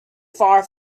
far